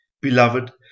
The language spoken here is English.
beloved